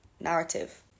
narrative